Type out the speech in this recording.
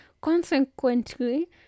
Consequently